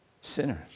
sinners